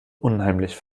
unheimlich